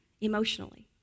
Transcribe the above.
emotionally